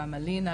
גם אליה ,